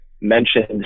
mentioned